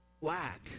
black